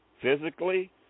physically